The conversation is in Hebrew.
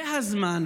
זה הזמן.